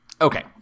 Okay